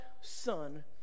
son